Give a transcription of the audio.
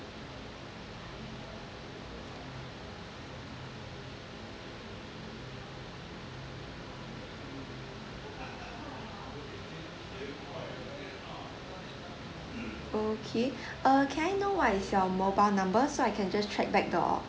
okay uh can I know what is your mobile number so I can just check back the